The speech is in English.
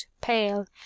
pale